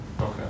Okay